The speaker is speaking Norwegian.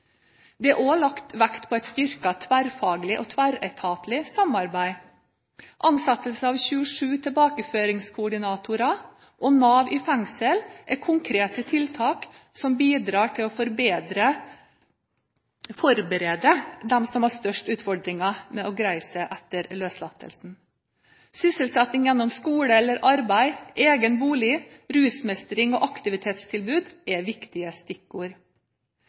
Det er også lagt vekt på et styrket tverrfaglig og tverretatlig samarbeid. Ansettelse av 27 tilbakeføringskoordinatorer og Nav i fengsel er konkrete tiltak som bidrar til å forberede dem som har størst utfordringer med å greie seg etter løslatelsen. Sysselsetting gjennom skole eller arbeid, egen bolig, rusmestring og aktivitetstilbud er viktige stikkord.